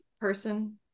person